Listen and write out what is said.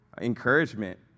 encouragement